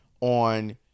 on